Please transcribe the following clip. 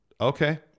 Okay